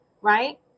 right